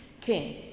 king